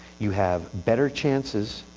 you have better chances